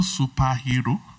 superhero